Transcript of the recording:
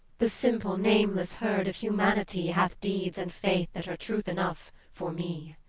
the simple nameless herd of humanity hath deeds and faith that are truth enough for me!